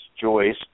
Joyce